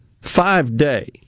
five-day